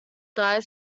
dye